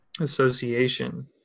association